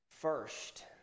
first